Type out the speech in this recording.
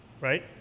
right